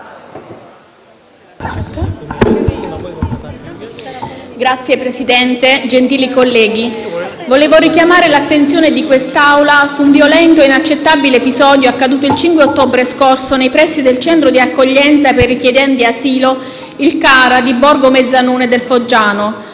Signor Presidente, gentili colleghi, vorrei richiamare l'attenzione di quest'Assemblea su un violento e inaccettabile episodio accaduto il 5 ottobre scorso nei pressi del centro di accoglienza per richiedenti asilo, il CARA di Borgo Mezzanone nel foggiano, dove un controllo stradale ha rischiato di trasformarsi in tragedia.